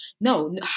no